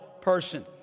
person